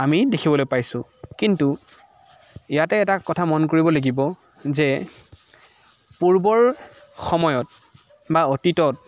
আমি দেখিবলৈ পাইছোঁ কিন্তু ইয়াতে এটা কথা মন কৰিব লাগিব যে পূৰ্বৰ সময়ত বা অতীতত